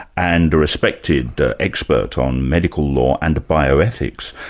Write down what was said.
and a respected expert on medical law and bioethics.